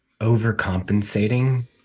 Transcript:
overcompensating